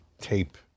tape